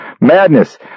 Madness